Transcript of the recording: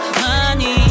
money